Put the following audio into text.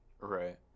Right